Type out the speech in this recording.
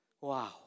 Wow